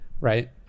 right